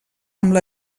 amb